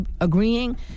agreeing